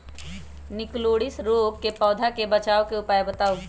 निककरोलीसिस रोग से पौधा के बचाव के उपाय बताऊ?